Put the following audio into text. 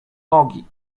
nogi